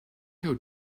how